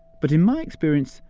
but in my experience,